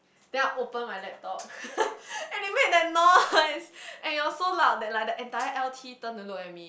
then I open my laptop and it made that noise and it was so loud that like the entire L_T turned to look at me